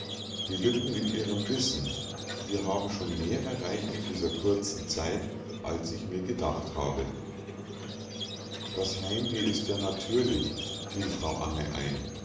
die lücken in ihrem wissen wir haben schon mehr erreicht in dieser kurzen zeit als ich mir gedacht habe das heimweh ist ja natürlich fiel frau anne ein